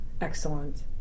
Excellent